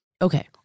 Okay